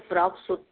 frock suit